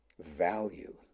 value